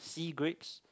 sea grapes